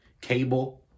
cable